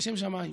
לשם שמיים,